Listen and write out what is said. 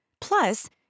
plus